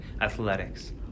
athletics